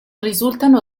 risultano